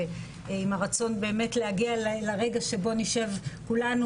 ועם הרצון להגיע לרגע שבו נשב כולנו